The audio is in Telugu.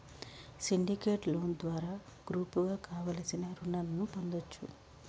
సిండికేట్ లోను ద్వారా గ్రూపుగా కావలసిన రుణాలను పొందొచ్చు